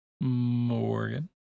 Morgan